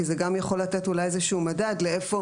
כי זה גם יכול לתת אולי איזשהו מדד לאיפה